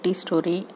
story